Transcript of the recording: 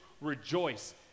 rejoice